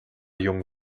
jungen